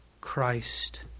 Christ